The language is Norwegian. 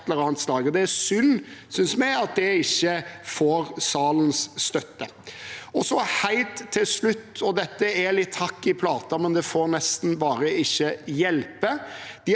Det er synd, synes vi, at det ikke får salens støtte. Helt til slutt – og dette er litt hakk i plata, men det får ikke hjelpe: